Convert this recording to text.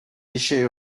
déchets